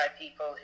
people